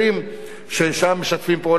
ששם משתפים פעולה גם ישראלים,